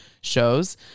shows